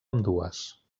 ambdues